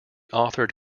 authored